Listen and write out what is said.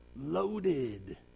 loaded